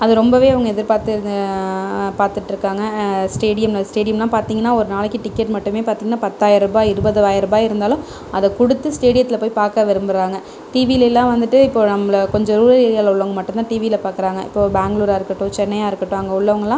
அது ரொம்ப அவங்க எதிர்பார்த்து பார்த்துட்ருக்காங்க ஸ்டேடியமில் ஸ்டேடியம்லாம் பார்த்தீங்கன்னா ஒரு நாளைக்கு டிக்கெட் மட்டுமே பார்த்தீங்கன்னா பத்தாயர ரூபாய் இருபதாயர ரூபாய் இருந்தாலும் அதைக் கொடுத்து ஸ்டேடியத்தில் போய் பார்க்க விரும்புகிறாங்க டிவியில் எல்லாம் வந்துவிட்டு இப்போது நம்மளை கொஞ்சம் ரூரல் ஏரியாவில் உள்ளவங்க மட்டுந்தான் டிவியில் பார்க்கறாங்க இப்போது பெங்களூரா இருக்கட்டும் சென்னையாக இருக்கட்டும் அங்கே உள்ளவங்கள்லாம்